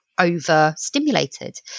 overstimulated